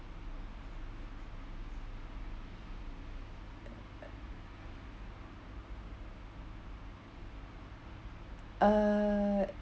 uh